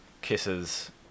kisses